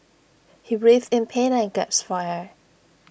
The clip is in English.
he writhed in pain and gasped for air